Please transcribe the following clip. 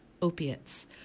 opiates